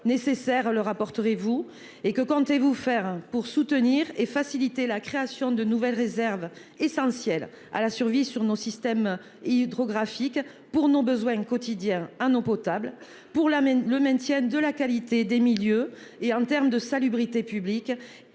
nécessaires à leur apporterez-vous et que comptez-vous faire pour soutenir et faciliter la création de nouvelles réserves essentielles à la survie sur nos systèmes hydrographique pour nos besoins quotidiens. Ah non potable pour l'amène le maintien de la qualité des milieux et en terme de salubrité publique.